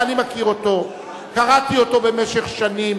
אני מכיר אותו, קראתי אותו במשך שנים.